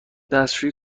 دستشویی